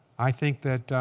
i think that